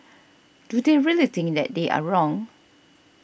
do they really think that they are wrong